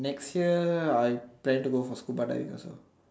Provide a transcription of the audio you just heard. next year I plan to go for scuba diving